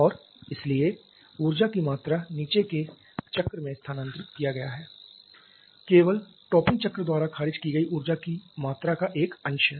और इसलिए ऊर्जा की मात्रा जिसे नीचे के चक्र में स्थानांतरित किया गया है केवल टॉपिंग चक्र द्वारा खारिज की गई ऊर्जा की मात्रा का एक अंश है